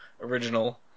original